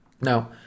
Now